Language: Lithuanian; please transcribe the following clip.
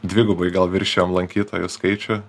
dvigubai gal viršijom lankytojų skaičių